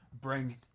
Bring